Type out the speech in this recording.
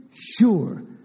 sure